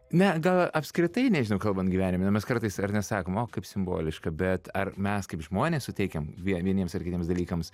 na gal apskritai nežinau kalbant gyvenime mes kartais ar ne sakom o kaip simboliška bet ar mes kaip žmonės suteikiam vie vieniems ar kitiems dalykams